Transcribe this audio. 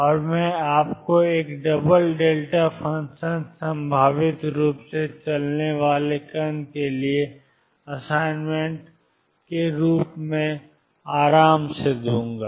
और मैं आपको एक डबल फंक्शन संभावित रूप से चलने वाले कण के लिए असाइनमेंट के रूप में आराम दूंगा